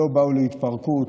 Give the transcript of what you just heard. לא באו להתפרקות,